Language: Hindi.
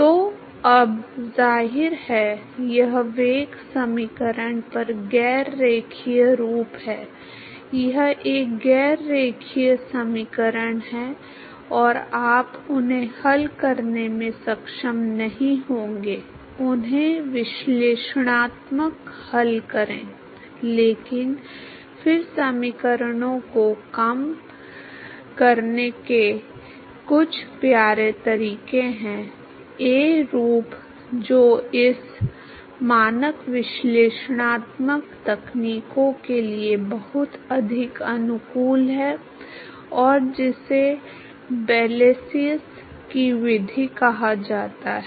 तो अब जाहिर है यह वेग समीकरण पर गैर रैखिक रूप है यह एक गैर रेखीय समीकरण है और आप उन्हें हल करने में सक्षम नहीं होंगे उन्हें विश्लेषणात्मक हल करें लेकिन फिर समीकरणों को कम करने के कुछ प्यारे तरीके हैं ए रूप जो इन मानक विश्लेषणात्मक तकनीकों के लिए बहुत अधिक अनुकूल है और जिसे ब्लैसियस की विधि कहा जाता है